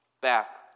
back